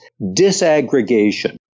disaggregation